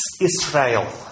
Israel